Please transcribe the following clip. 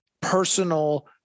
personal